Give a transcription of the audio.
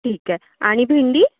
ठीक आहे आणि भिंडी